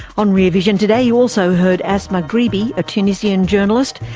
on rear vision today you also heard asma ghribi, a tunisian journalist,